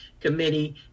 committee